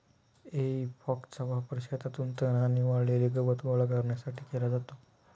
हेई फॉकचा वापर शेतातून तण आणि वाळलेले गवत गोळा करण्यासाठी केला जातो